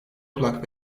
kulak